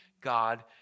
God